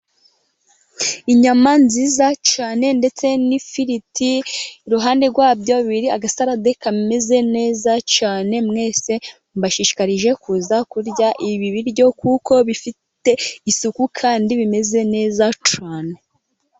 Inyama nziza cyane ndetse n'ifiriti iruhande rwa byo, biriho agasarade kameze neza cyane, mwese mbashishikarije kuza kurya ibi biryo, kuko bifite isuku kandi bimeze neza cyane.